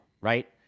right